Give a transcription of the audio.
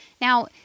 Now